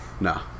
nah